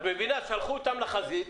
שלחו אותם לחזית,